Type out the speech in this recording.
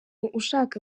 ushaka